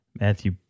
matthew